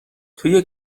توی